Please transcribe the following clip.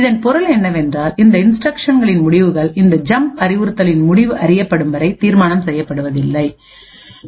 இதன் பொருள் என்னவென்றால் இந்த இன்ஸ்டிரக்ஷன்களின் முடிவுகள் இந்த ஜம்ப் அறிவுறுத்தலின் முடிவு அறியப்படும் வரைதீர்மானம் செய்யப்படுவதில்லை